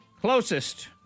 Closest